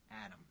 Adam